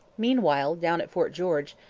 meanwhile, down at fort george,